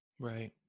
right